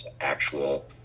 actual